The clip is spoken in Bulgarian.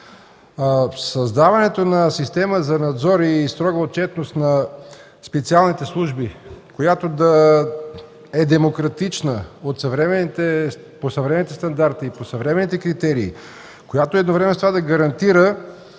Създаването на система за надзор и строга отчетност на специалните служби, която да е демократична, по съвременните стандарти и критерии, която едновременно с това да гарантира